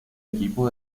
equipo